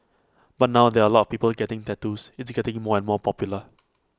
but now there are A lot of people getting tattoos it's getting more and more popular